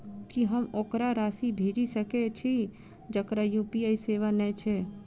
की हम ओकरा राशि भेजि सकै छी जकरा यु.पी.आई सेवा नै छै?